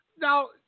Now